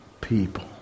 people